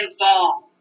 involved